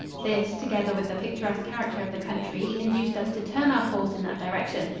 this, together with the picturesque character of the country, induced us to turn our course in that direction,